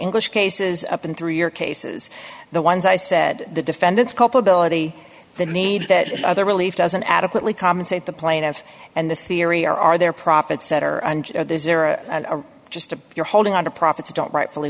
english cases up and through your cases the ones i said the defendants culpability the need that other relief doesn't adequately compensate the plaintiff and the theory or are there profits that are just you're holding on to profits don't rightfully